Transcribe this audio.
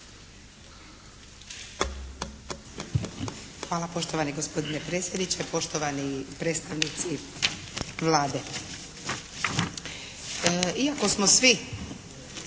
Hvala poštovani gospodine predsjedniče, poštovani predstavnici Vlade. Iako smo svi